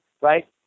right